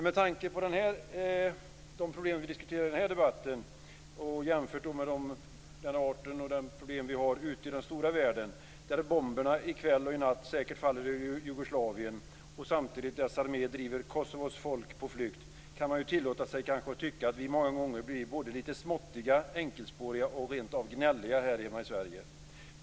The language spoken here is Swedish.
Med tanke på de problem som vi diskuterar i den här debatten jämfört med de problem som finns ute i den stora världen, där bomberna i kväll och i natt säkert faller över Jugoslavien och driver Kosovos folk på flykt kan man kanske tillåta sig att tycka att vi många gånger är lite småaktiga, enkelspåriga och rentav gnälliga här hemma i Sverige.